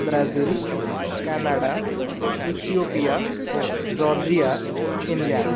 Brazil Canada Ethiopia Georgia Finland